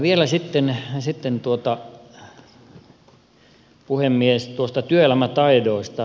vielä sitten puhemies noista työelämätaidoista